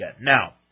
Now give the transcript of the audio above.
Now